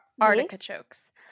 artichokes